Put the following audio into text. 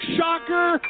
Shocker